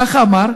ככה אמר,